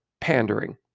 pandering